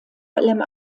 allem